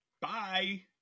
Bye